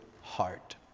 heart